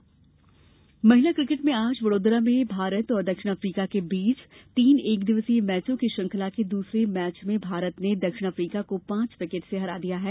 महिला क्रिकेट महिला क्रिकेट में आज वडोदरा में भारत और दक्षिण अफ्रीका के बीच तीन एक दिवसीय मैचों की श्रृंखला के दूसरे मैच में भारत ने दक्षिण अफ्रीका को पांच विकेट से हरा दिया है